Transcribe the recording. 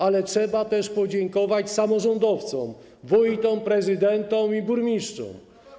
Ale trzeba też podziękować samorządowcom: wójtom, prezydentom i burmistrzom.